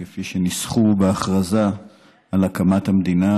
כפי שניסחוהו בהכרזה על הקמת המדינה.